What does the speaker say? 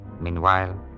Meanwhile